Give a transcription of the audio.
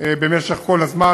כל הזמן,